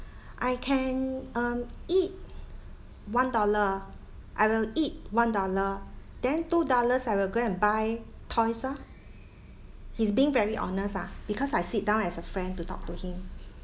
I can um eat one dollar I will eat one dollar then two dollars I will go and buy toys oh he's being very honest ah because I sit down as a friend to talk to him